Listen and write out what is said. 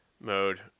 mode